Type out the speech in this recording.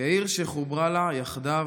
כעיר שחוברה לה יחדו.